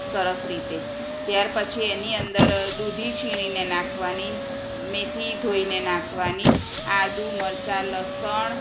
સરસ રીતે ત્યાર પછી એની અંદર દૂધી છીણીને નાંખવાની મેથી ધોઈને નાંખવાની આદુ મરચાં લસણ